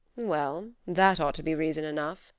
well, that ought to be reason enough,